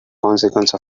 consequence